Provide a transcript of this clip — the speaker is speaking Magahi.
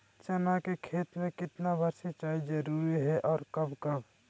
चना के खेत में कितना बार सिंचाई जरुरी है और कब कब?